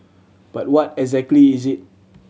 but what exactly is it